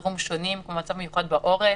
אחד שיוכל לעלות